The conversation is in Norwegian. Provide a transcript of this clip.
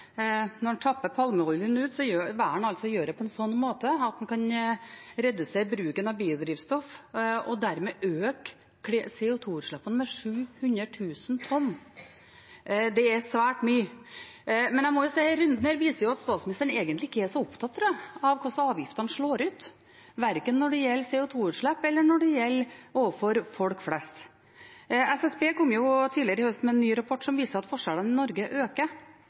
Når en tapper palmeoljen ut, velger en altså å gjøre det på en sånn måte at en kan redusere bruken av biodrivstoff og dermed øke CO2-utslippene med 700 000 tonn. Det er svært mye. Men jeg må jo si at runden her viser at statsministeren egentlig ikke er så opptatt, tror jeg, av hvordan avgiftene slår ut, verken når det gjelder CO2-utslipp eller når det gjelder overfor folk flest. SSB kom tidligere i høst med en ny rapport som viser at forskjellene i Norge øker.